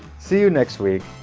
see you next week.